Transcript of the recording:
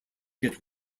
get